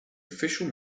official